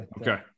Okay